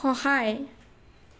সহায়